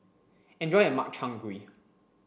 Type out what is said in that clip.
enjoy your Makchang Gui